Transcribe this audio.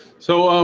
so,